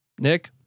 Nick